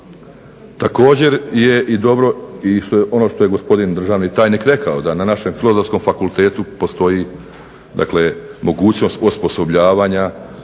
Također je dobro ono što je gospodin državni tajnik rekao da na našem Filozofskom fakultetu postoji mogućnost osposobljavanja